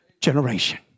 generation